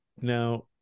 Now